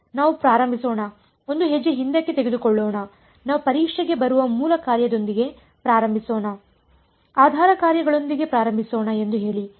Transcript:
ನಾವು ಪ್ರಾರಂಭಿಸೋಣ ಒಂದು ಹೆಜ್ಜೆ ಹಿಂದಕ್ಕೆ ತೆಗೆದುಕೊಳ್ಳೋಣ ನಾವು ಪರೀಕ್ಷೆಗೆ ಬರುವ ಮೂಲ ಕಾರ್ಯಗಳೊಂದಿಗೆ ಪ್ರಾರಂಭಿಸೋಣ ಆಧಾರ ಕಾರ್ಯಗಳೊಂದಿಗೆ ಪ್ರಾರಂಭಿಸೋಣ ಎಂದು ಹೇಳಿ